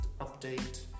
update